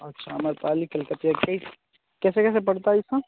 अच्छा आम्रपाली कलकतिया कैसे कैसे पड़ता है ये सब